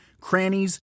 crannies